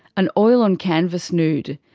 an oil on canvas nude.